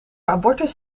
abortus